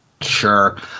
Sure